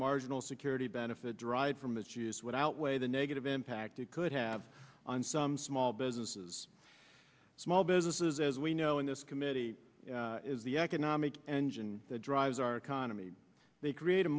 marginal security benefit derived from its use what outweigh the negative impact it could have on some small businesses small businesses as we know in this committee is the economic engine that drives our economy they create a